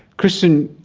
christian,